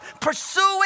pursuing